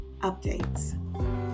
updates